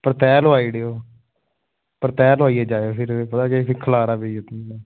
पर तैह् लोआई ओड़ेओ पर तैह् लोआइयै जायो फिर पता केह् ऐ खलारा पेई जंदा